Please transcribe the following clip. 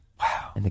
Wow